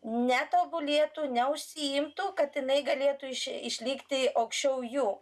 ne tobulėtų neužsiimtų kad jinai galėtų išlikti aukščiau jų